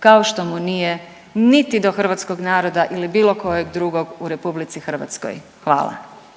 kao što mu nije niti do hrvatskog naroda ili bilo kojeg drugog u RH. Hvala.